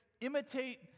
imitate